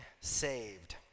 saved